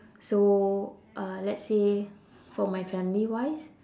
so uh let's say for my family wise